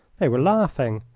they were laughing.